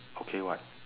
okay what